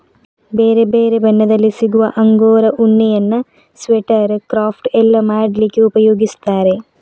ಬೇರೆ ಬೇರೆ ಬಣ್ಣದಲ್ಲಿ ಸಿಗುವ ಅಂಗೋರಾ ಉಣ್ಣೆಯನ್ನ ಸ್ವೆಟರ್, ಕ್ರಾಫ್ಟ್ ಎಲ್ಲ ಮಾಡ್ಲಿಕ್ಕೆ ಉಪಯೋಗಿಸ್ತಾರೆ